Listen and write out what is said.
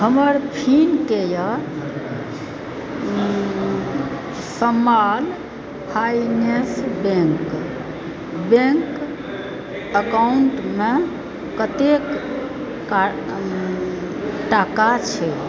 हमर Fincare small finance bank bank अकाउंटमे कतेक टका छै